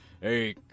Hey